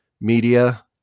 media